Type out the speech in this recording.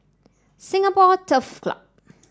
Singapore Turf Club